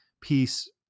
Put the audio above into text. piece